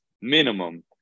minimum